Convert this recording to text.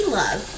love